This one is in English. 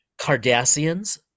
Cardassians